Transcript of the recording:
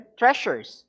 treasures